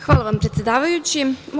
Hvala vam, predsedavajući.